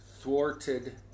thwarted